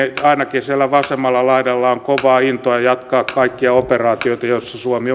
että ainakin siellä vasemmalla laidalla on kovaa intoa jatkaa kaikkia operaatioita joissa suomi